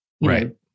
Right